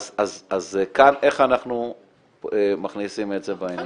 אז איך אנחנו מכניסים את זה בעניין?